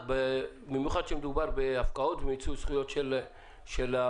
במיוחד כשמדובר בהפקעות ובמיצוי זכויות של בעלים.